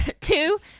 two